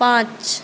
पाँच